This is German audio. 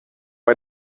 bei